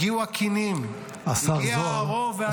הגיעו הכינים, הגיע הערוב.